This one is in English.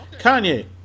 Kanye